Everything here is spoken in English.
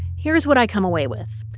here's what i come away with.